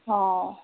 অ